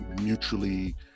mutually